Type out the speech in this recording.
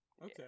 Okay